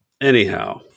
Anyhow